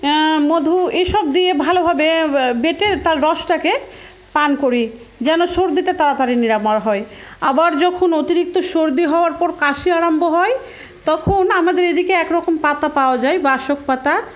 মধু এসব দিয়ে ভালোভাবে বেটে তার রসটাকে পান করি যেন সর্দিটা তাড়াতাড়ি নিরাময় হয় আবার যখন অতিরিক্ত সর্দি হওয়ার পর কাশি আরম্ভ হয় তখন আমাদের এদিকে একরকম পাতা পাওয়া যায় বাসক পাতা